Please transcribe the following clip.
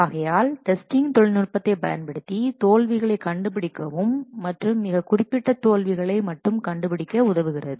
ஆகையால் டெஸ்டிங் தொழில்நுட்பத்தை பயன்படுத்தி தோல்விகளை கண்டுபிடிக்கவும் மற்றும் மிக குறிப்பிட்ட தோல்விகளை மட்டும் கண்டுபிடிக்க உதவுகிறது